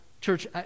church